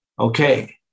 Okay